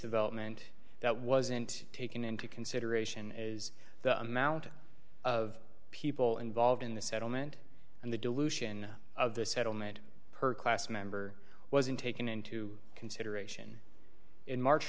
development that wasn't taken into consideration is the amount of people involved in the settlement and the dilution of the settlement per class member wasn't taken into consideration in march